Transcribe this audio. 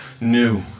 new